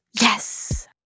Yes